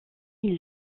une